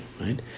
right